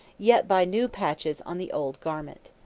yet by new patches on the old garment.